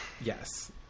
Yes